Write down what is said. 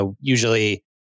usually